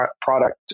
product